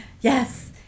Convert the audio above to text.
yes